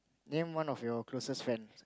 name one of your closest friends